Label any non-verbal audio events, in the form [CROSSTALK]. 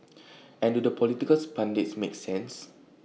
and do the political [UNINTELLIGIBLE] pundits make sense